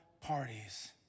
parties